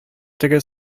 теге